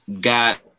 got